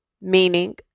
meaning